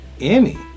Emmy